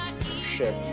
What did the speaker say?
ship